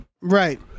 Right